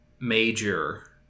major